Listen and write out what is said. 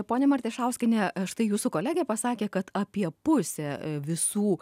pone martišauskiene štai jūsų kolegė pasakė kad apie pusė visų